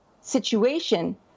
situation